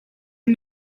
are